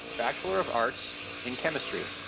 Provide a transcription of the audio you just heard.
bachelor of arts in chemistry.